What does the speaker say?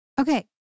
okay